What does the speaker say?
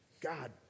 God